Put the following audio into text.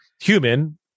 human